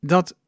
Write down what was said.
Dat